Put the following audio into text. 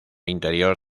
interior